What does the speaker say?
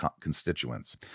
constituents